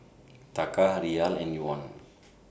Taka Riyal and Yuan